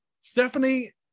Stephanie